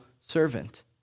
servant